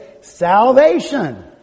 salvation